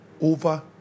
Over